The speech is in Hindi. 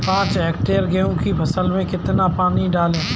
पाँच हेक्टेयर गेहूँ की फसल में कितना पानी डालें?